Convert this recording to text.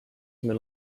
meil